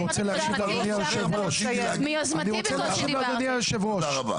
אני רוצה להשיב לאדוני היושב ראש.